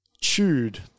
chewed